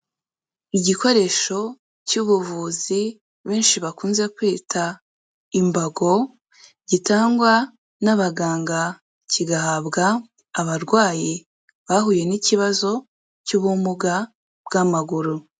Igikoresho cy'ubuvuzi benshi bakunze kwita imbago, gitangwa n'abaganga kigahabwa abarwayi bahuye n'ikibazo cy'ubumuga bw'amaguru.